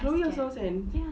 chloe also send